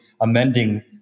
amending